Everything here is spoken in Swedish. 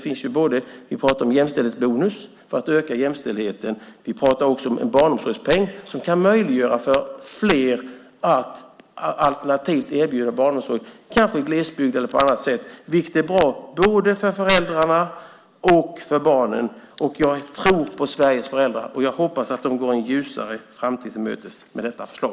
Vi pratar också om jämställdhetsbonus för att öka jämställdheten och om barnomsorgspeng, som kan möjliggöra för fler att få alternativ barnomsorg, kanske i glesbygd, vilket är bra för både föräldrar och barn. Jag tror på Sveriges föräldrar, och jag hoppas att de går en ljusare framtid till mötes med detta förslag.